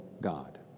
God